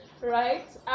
right